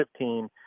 2015